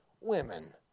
women